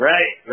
Right